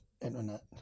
internet